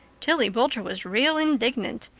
tillie boulter was real indignant.